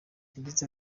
yagize